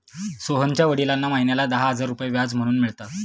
सोहनच्या वडिलांना महिन्याला दहा हजार रुपये व्याज म्हणून मिळतात